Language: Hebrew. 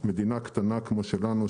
מדינה קטנה כמו שלנו,